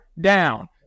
down